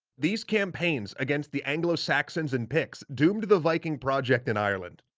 these campaigns against the anglo-saxons and picts doomed the viking project in ireland.